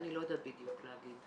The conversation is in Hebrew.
אני לא יודעת בדיוק להגיד.